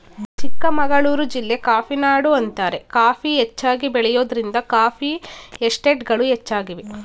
ಚಿಕ್ಕಮಗಳೂರು ಜಿಲ್ಲೆ ಕಾಫಿನಾಡು ಅಂತಾರೆ ಕಾಫಿ ಹೆಚ್ಚಾಗಿ ಬೆಳೆಯೋದ್ರಿಂದ ಕಾಫಿ ಎಸ್ಟೇಟ್ಗಳು ಹೆಚ್ಚಾಗಿವೆ